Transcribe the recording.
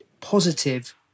positive